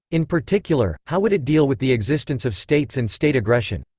in particular, how would it deal with the existence of states and state aggression?